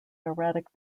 erratic